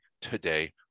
today